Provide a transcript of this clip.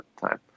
time